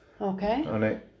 Okay